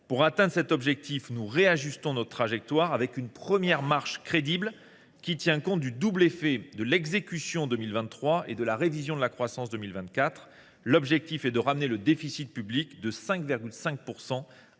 Pour atteindre cet objectif, nous réajustons notre trajectoire, avec une première marche crédible qui tient compte du double effet de l’exécution de 2023 et de la révision de la croissance pour 2024. L’objectif est de ramener le déficit de 5,5 % à 5,1 % en